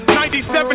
97